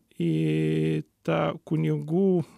į tą kunigų